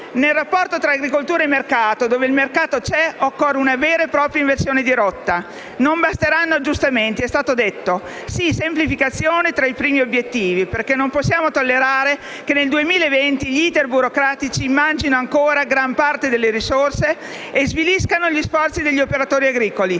Nel rapporto tra agricoltura e mercato, dove il mercato c'è, occorre una vera e propria inversione di rotta. Non basteranno aggiustamenti, come giustamente è stato detto. Sì, semplificazione tra i primi obiettivi, perché non possiamo tollerare che nel 2020 gli *iter* burocratici mangino ancora gran parte delle risorse e sviliscano gli sforzi degli operatori agricoli.